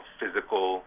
physical